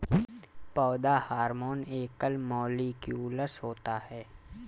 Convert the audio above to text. पौधा हार्मोन एकल मौलिक्यूलस होता है